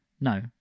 No